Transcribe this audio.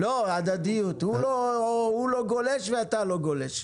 הדדיות הוא לא גולש ואתה לא גולש.